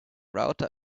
router